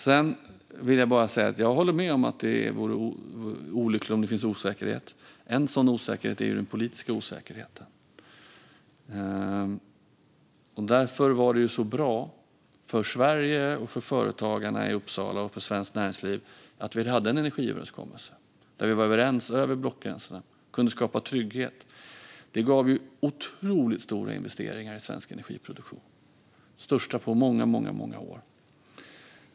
Jag kan bara hålla med om att det vore olyckligt om det råder osäkerhet. En sådan osäkerhet är den politiska osäkerheten. Därför var det så bra för Sverige, för företagarna i Uppsala och för svenskt näringsliv att vi hade en energiöverenskommelse där vi var överens över blockgränserna och kunde skapa trygghet. Det gav otroligt stora investeringar i svensk energiproduktion - de största på många, många år.